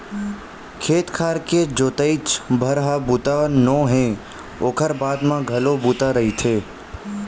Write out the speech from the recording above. खेत खार के जोतइच भर ह बूता नो हय ओखर बाद म घलो बूता रहिथे